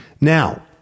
Now